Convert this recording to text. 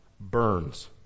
burns